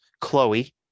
chloe